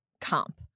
comp